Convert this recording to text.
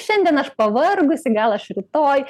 šiandien aš pavargusi gal aš rytoj